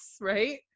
right